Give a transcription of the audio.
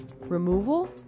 Removal